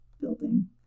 building